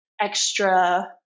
extra